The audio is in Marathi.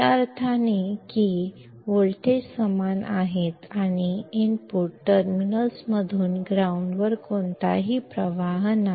या अर्थाने की व्होल्टेज समान आहेत आणि इनपुट टर्मिनल्समधून ग्राउंड वर कोणताही प्रवाह नाही